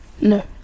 No